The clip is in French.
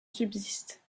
subsiste